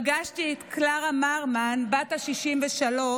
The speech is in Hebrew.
פגשתי את קלרה מרמן בת ה-63,